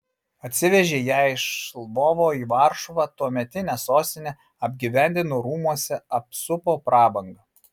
atsivežė ją iš lvovo į varšuvą tuometinę sostinę apgyvendino rūmuose apsupo prabanga